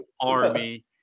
army